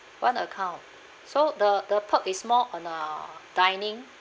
one account so the the perk is more on uh dining